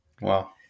Wow